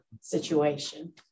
situation